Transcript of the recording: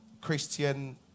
Christian